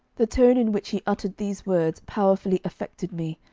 the tone in which he uttered these words powerfully affected me,